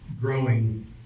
growing